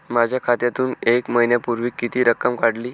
माझ्या खात्यातून एक महिन्यापूर्वी किती रक्कम काढली?